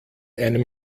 einem